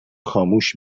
خاموش